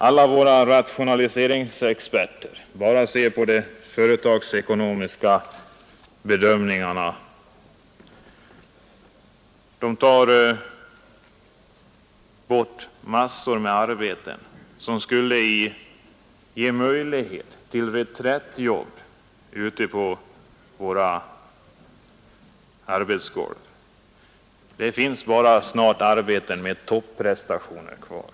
Alla våra rationaliseringsexperter ser bara till de företagsekonomiska bedömningarna. De tar bort massor av arbeten, som skulle kunna ge möjlighet till reträttjobb ute på verkstadsgolven. Det finns snart bara arbeten som kräver topprestationer kvar.